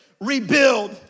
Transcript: rebuild